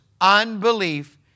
unbelief